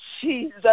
Jesus